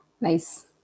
Nice